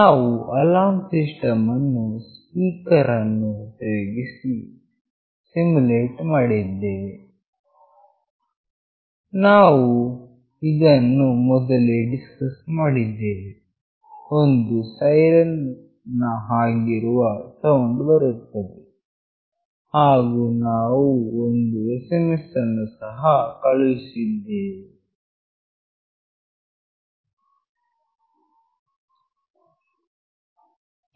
ನಾವು alarm system ಅನ್ನು speaker ಅನ್ನು ಉಪಯೋಗಿಸಿ ಸಿಮ್ಯುಲೇಟ್ ಮಾಡಿದ್ದೇವೆ ನಾವು ಇದನ್ನು ಮೊದಲೇ ಡಿಸ್ಕಸ್ ಮಾಡಿದ್ದೇವೆ ಒಂದು ಸೈರನ್ ನ ಹಾಗಿರುವ ಸೌಂಡ್ ಬರುತ್ತದೆ ಹಾಗು ನಾವು ಒಂದು SMS ಅನ್ನು ಸಹ ಕಳುಹಿಸಿದ್ದೇವೆ